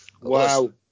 wow